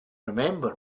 remember